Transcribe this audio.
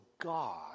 God